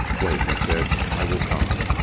wait, he said, i will come.